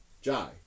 Jai